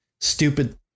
stupid